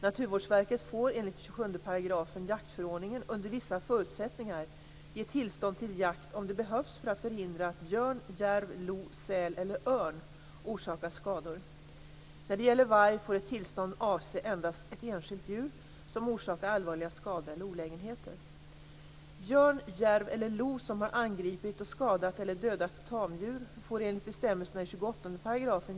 Naturvårdsverket får enligt 27 § jaktförordningen under vissa förutsättningar ge tillstånd till jakt, om det behövs för att förhindra att björn, järv, lo, säl eller örn orsakar skador. När det gäller varg får ett tillstånd avse endast ett enskilt djur som orsakar allvarliga skador eller olägenheter.